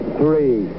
three